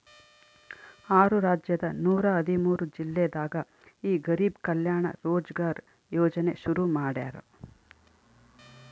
ಆರು ರಾಜ್ಯದ ನೂರ ಹದಿಮೂರು ಜಿಲ್ಲೆದಾಗ ಈ ಗರಿಬ್ ಕಲ್ಯಾಣ ರೋಜ್ಗರ್ ಯೋಜನೆ ಶುರು ಮಾಡ್ಯಾರ್